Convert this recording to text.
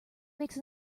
makes